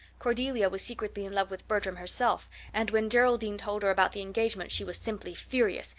cordelia was secretly in love with bertram herself and when geraldine told her about the engagement she was simply furious,